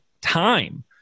time